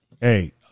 hey